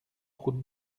route